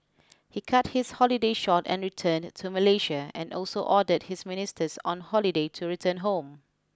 he cut his holiday short and returned to Malaysia and also ordered his ministers on holiday to return home